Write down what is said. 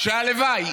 שהלוואי